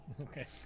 Okay